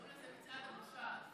קראו לזה "מצעד הבושה".